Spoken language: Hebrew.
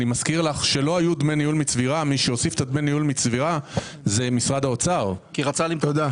אני אוסיף ואומר שבתוך